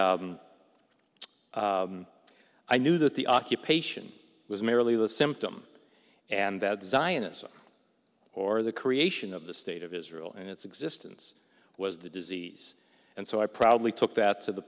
i knew that the occupation was merely the symptom and that zionism or the creation of the state of israel and its existence was the disease and so i probably took that to the